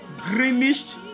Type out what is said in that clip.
greenish